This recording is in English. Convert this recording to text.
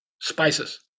spices